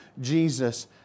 Jesus